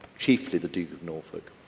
chiefly the duke of norfolk.